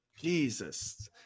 Jesus